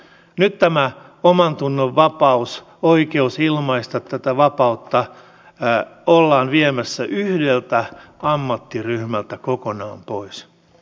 nyt tämä omantunnonvapaus ja oikeus ilmaista tätä vapautta ollaan viemässä yhdeltä ammattiryhmältä kokonaan pois